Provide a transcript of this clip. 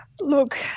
look